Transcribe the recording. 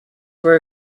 were